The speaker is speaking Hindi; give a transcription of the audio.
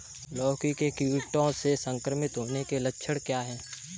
लौकी के कीड़ों से संक्रमित होने के लक्षण क्या हैं?